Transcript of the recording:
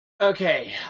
Okay